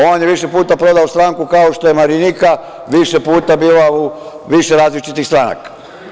On je više puta prodao stranku kao što je Marinika više puta bila u više različitih stranaka.